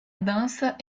dança